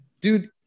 Dude